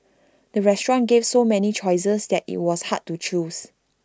the restaurant gave so many choices that IT was hard to choose